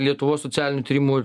lietuvos socialinių tyrimų